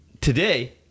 today